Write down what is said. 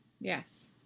Yes